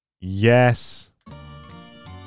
yes